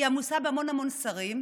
היא עמוסה בהמון המון שרים,